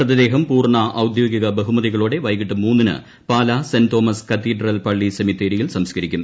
മൃതദേഹം പ പു്ർണ ഔദ്യോഗിക ബഹുമതികളോടെ വൈകിട്ട് ് മൂന്നിന് പാലാ സെന്റ്തോമസ് കത്തീഡ്രൽ പള്ളി സെമിത്തേരിയിൽ സംസ്കരിക്കും